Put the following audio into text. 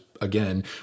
again